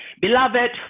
beloved